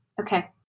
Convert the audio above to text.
Okay